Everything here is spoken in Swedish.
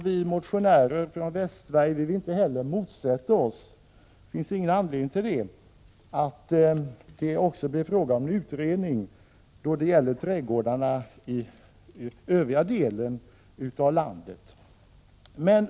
Vi motionärer från Västsverige vill inte heller motsätta oss — det finns ingen anledning till det — att det också blir fråga om en utredning beträffande de botaniska trädgårdarna i övriga delar av landet.